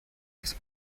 his